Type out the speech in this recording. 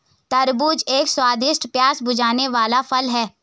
तरबूज एक स्वादिष्ट, प्यास बुझाने वाला फल है